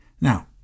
Now